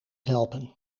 helpen